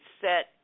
set